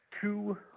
two